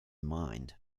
mind